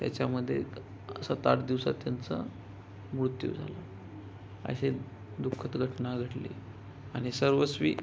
त्याच्यामध्ये सात आठ दिवसात त्यांचा मृत्यू झाला असे दुःखद घटना घडली आणि सर्वस्वी